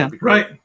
right